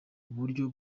uburyo